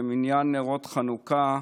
כמניין נרות חנוכה: